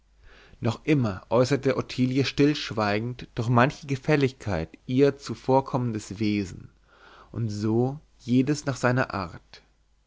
noch immer äußerte ottilie stillschweigend durch manche gefälligkeit ihr zuvorkommendes wesen und so jedes nach seiner art